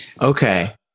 Okay